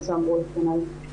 כמו שאמרו לפניי.